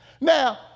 Now